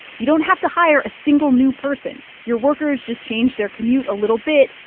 you don't have to hire a single new person. your workers just change their commute a little bit,